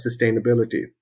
sustainability